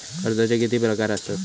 कर्जाचे किती प्रकार असात?